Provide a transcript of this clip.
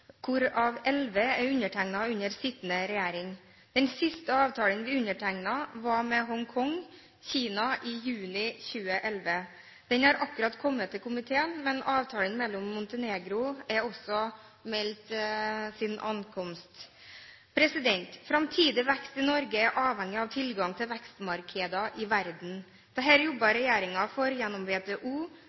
hvorav 11 er undertegnet under sittende regjering. Den siste avtalen vi undertegnet, var med Hongkong, Kina, i juni 2011. Den har akkurat kommet til komiteen, men avtalen med Montenegro har også meldt sin ankomst. Framtidig vekst i Norge er avhengig av tilgang til vekstmarkeder i verden. Dette jobber regjeringen for gjennom WTO,